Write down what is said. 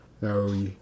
No